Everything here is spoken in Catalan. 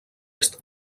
est